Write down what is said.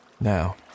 now